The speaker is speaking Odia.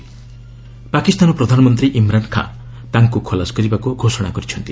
ପାକିସ୍ତାନ ପ୍ରଧାନମନ୍ତ୍ରୀ ଇମ୍ରାନ ଖାଁ ତାଙ୍କୁ ଖଲାସ କରିବାକୁ ଘୋଷଣା କରିଛନ୍ତି